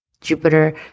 Jupiter